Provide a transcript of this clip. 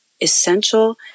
essential